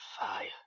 fire